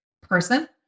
person